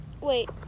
Wait